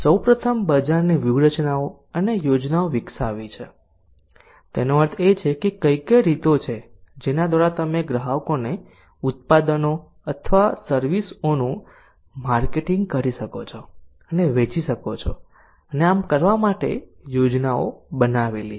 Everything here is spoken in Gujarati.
સૌ પ્રથમ બજારની વ્યૂહરચનાઓ અને યોજનાઓ વિકસાવવી છે તેનો અર્થ એ છે કે કઈ કઈ રીતો છે જેના દ્વારા તમે ગ્રાહકોને ઉત્પાદનો અથવા સર્વિસ ઓનું માર્કેટિંગ કરી શકો છો અને વેચી શકો છો અને આમ કરવા માટે યોજનાઓ બનાવેલી છે